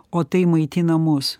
o tai maitina mus